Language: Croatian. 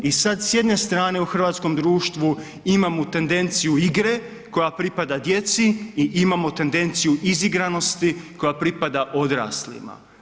I sad s jedne strane u hrvatskom društvu imamo tendenciju igre koja pripada djeci i imamo tendenciju izigranosti koja pripada odraslima.